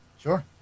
Sure